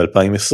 ב-2020,